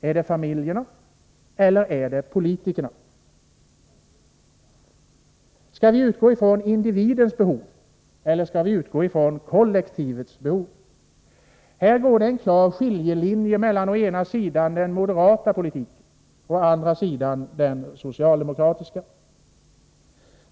Är det familjerna eller är det politikerna? Skall vi utgå från individens behov eller skall vi utgå från kollektivets behov? Här går en klar skiljelinje mellan å ena sidan den moderata politiken och å andra sidan den socialdemokratiska.